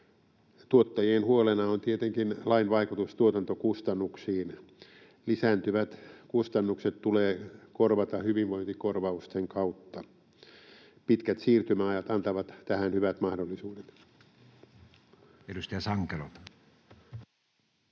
Tuottajien huolena on tietenkin lain vaikutus tuotantokustannuksiin. Lisääntyvät kustannukset tulee korvata hyvinvointikorvausten kautta. Pitkät siirtymäajat antavat tähän hyvät mahdollisuudet. [Speech